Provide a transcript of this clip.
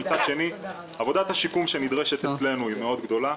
כשמצד שני יש את עבודת השיקום שנדרשת אצלנו שהיא מאוד גדולה,